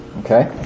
Okay